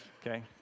okay